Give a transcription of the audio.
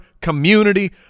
community